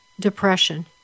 depression